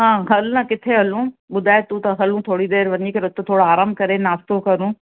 हा हल न किथे हलूं ॿुधाए तूं त हलूं थोरी देरि वञी करे उते थोरो आरामु करे नास्तो करूं